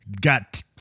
got